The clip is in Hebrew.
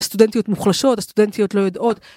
‫הסטודנטיות מוחלשות, ‫הסטודנטיות לא יודעות.